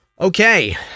Okay